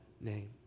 name